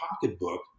pocketbook